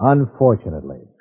Unfortunately